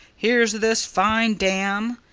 here's this fine dam,